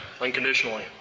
unconditionally